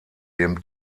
dem